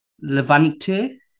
Levante